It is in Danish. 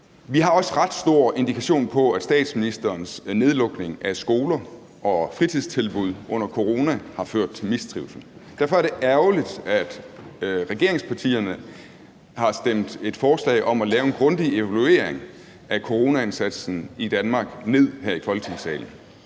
Der er også ret stor indikation på, at statsministerens nedlukning af skoler og fritidstilbud under corona har ført til mistrivsel. Derfor er det ærgerligt, at regeringspartierne har stemt et forslag om at lave en grundig evaluering af coronaindsatsen i Danmark ned her i Folketingssalen.